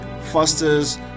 fosters